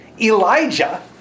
Elijah